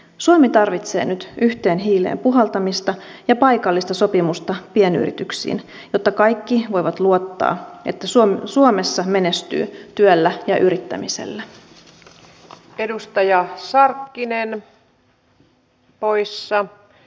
suomi tarvitsee nyt yhteen hiileen puhaltamista ja paikallista sopimista pienyrityksiin jotta kaikki voivat luottaa että suomessa menestyy työllä ja yrittämisellä